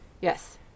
Yes